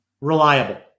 Reliable